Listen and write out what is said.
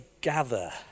gather